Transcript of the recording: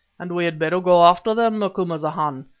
and we had better go after them, macumazahn.